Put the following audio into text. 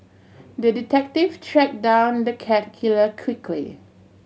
the detective tracked down the cat killer quickly